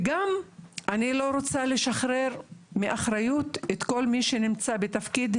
וגם אני לא רוצה לשחרר מאחריות את כל מי שנמצא בתפקיד,